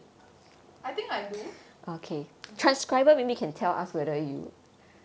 I think I do